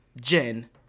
Jen